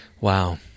Wow